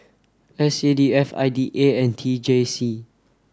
S C D F I D A and T J C